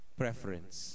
preference